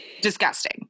Disgusting